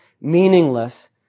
meaningless